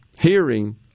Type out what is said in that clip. hearing